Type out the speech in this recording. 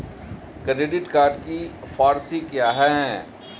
Credit के four C क्या हैं?